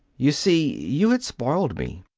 you see, you had spoiled me.